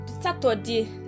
Saturday